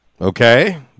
okay